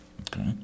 Okay